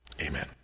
Amen